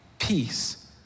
peace